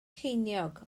ceiniog